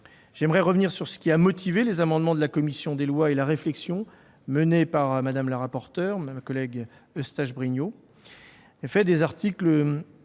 J'aimerais revenir sur ce qui a motivé les amendements de la commission des lois et la réflexion menée par notre collègue rapporteur, Mme Eustache-Brinio.